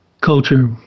culture